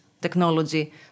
technology